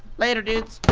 later, dudes!